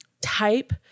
type